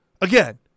again